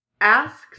asks